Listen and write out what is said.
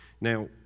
Now